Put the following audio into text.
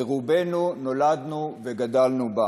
ורובנו נולדנו וגדלנו בה.